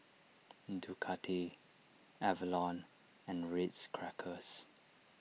Ducati Avalon and Ritz Crackers